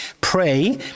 pray